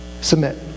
Submit